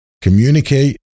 communicate